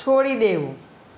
છોડી દેવું